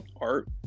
art